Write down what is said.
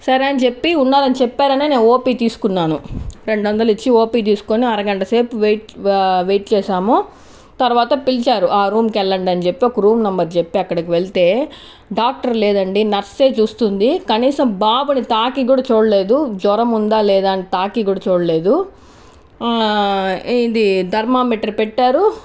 సరే అని చెప్పి ఉన్నారు అని చెప్పారనే నేను ఓపి తీసుకున్నాను రెండు వందలు ఇచ్చి ఓపి తీసుకొని అరగంటసేపు వెయిట్ వెయిట్ చేసాము తర్వాత పిలిచారు ఆ రూమ్కి వెళ్ళండి అని చెప్పి ఒక రూమ్ నెంబర్ చెప్పి అక్కడికి వెళ్తే డాక్టర్ లేదండి నర్సే చూస్తుంది కనీసం బాబుని తాకి కూడా చూడలేదు జ్వరం ఉందా లేదా అని తాకి కూడా చూడలేదు ఇది థర్మామీటర్ పెట్టారు